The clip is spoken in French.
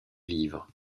livre